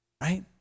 right